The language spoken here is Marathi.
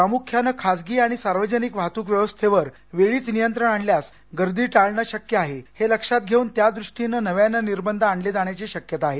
प्रामुख्यानं खासगी आणि सार्वजनिक वाहतूक व्यवस्थेवर वेळीच नियंत्रण आणल्यास गर्दी टाळणं शक्य आहे हे लक्षात घेऊन त्यादुष्टीनं नव्यानं निर्बंध आणले जाण्याची शक्यता आहे